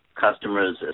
customers